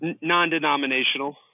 Non-denominational